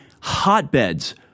hotbeds